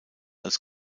als